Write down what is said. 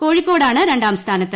കോഴിക്കോടാണ് രണ്ടാം സ്ഥാനത്ത്